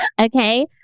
okay